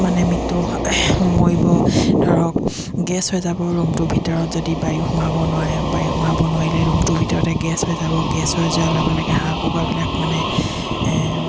মানে মৃত্যু মৰিব ধৰক গেছ হৈ যাব ৰুমটোৰ ভিতৰত যদি বায়ু সোমাব নোৱাৰে বায়ু সোমাব নোৱাৰিলে ৰুমটোৰ ভিতৰতে গেছ হৈ যাব গেছ হৈ যোৱাৰ লগে লগে হাঁহ কুকুকাবিলাক মানে